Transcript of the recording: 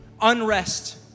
unrest